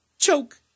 choke